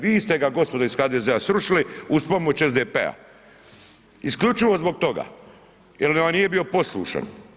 Vi ste ga gospodo iz HDZ-a srušili uz pomoć SDP-a, isključivo zbog toga jel vam nije bio poslušan.